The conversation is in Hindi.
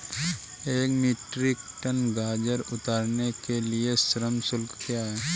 एक मीट्रिक टन गाजर उतारने के लिए श्रम शुल्क क्या है?